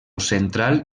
central